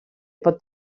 pot